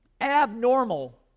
abnormal